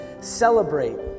celebrate